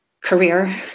career